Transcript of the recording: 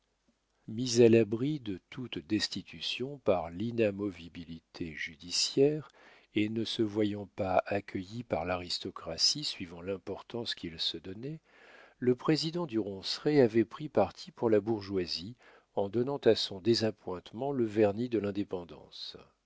mis à l'abri de toute destitution par l'inamovibilité judiciaire et ne se voyant pas accueilli par l'aristocratie suivant l'importance qu'il se donnait le président du ronceret avait pris parti pour la bourgeoisie en donnant à son désappointement le vernis de l'indépendance